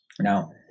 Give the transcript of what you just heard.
Now